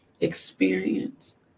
experience